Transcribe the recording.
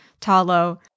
Talo